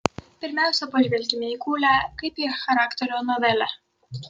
pirmiausia pažvelkime į kūlę kaip į charakterio novelę